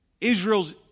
Israel's